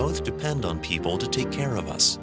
both depend on people to take care of us